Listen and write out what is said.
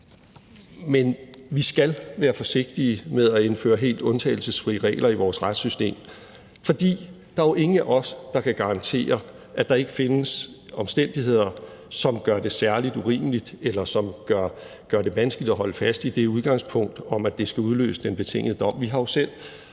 men vi skal være forsigtige med at indføre helt undtagelsesfri regler i vores retssystem, fordi der jo ikke er nogen af os, der kan garantere, at der ikke findes omstændigheder, som gør det særlig urimeligt, eller som gør det vanskeligt at holde fast i udgangspunktet om, at det skal udløse den betingede dom. Vi har jo selv